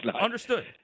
Understood